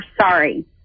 sorry